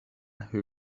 who